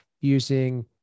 using